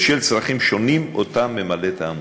בשל צרכים שונים שהעמותה ממלאת.